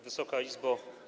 Wysoka Izbo!